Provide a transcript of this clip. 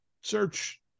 search